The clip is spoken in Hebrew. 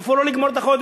איפה לא לגמור את החודש?